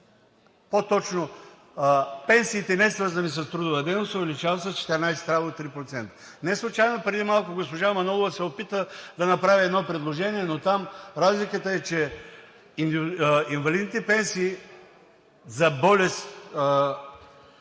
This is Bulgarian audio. по-точно пенсиите, несвързани с трудова дейност, се увеличават с 14,3%. Неслучайно преди малко госпожа Манолова се опита да направи едно предложение, но там разликата е, че инвалидните пенсии за болест,